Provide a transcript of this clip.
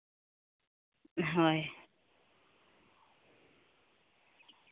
ᱦᱳᱭ